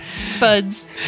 spuds